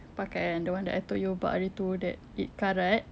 pakai yang the one that I told you about hari tu that it karat